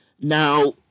Now